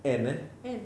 ann eh